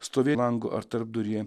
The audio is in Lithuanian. stovė lango ar tarpduryje